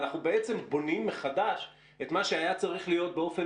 אנחנו בעצם בונים מחדש את מה שהיה צריך להיות באופן